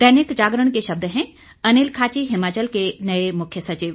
दैनिक जागरण के शब्द हैं अनिल खाची हिमाचल के नए मुख्य सचिव